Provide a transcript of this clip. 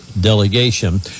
delegation